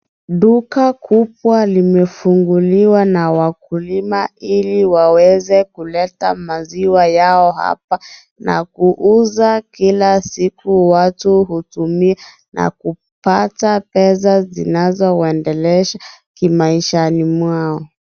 Duka kubwa limefunguliwa na wakulima ili waweze kuleta maziwa yao hapa na kuuza kila siku watu hutumia na kupata pesa zinazoendelesha kimaishani mwao.